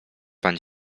pan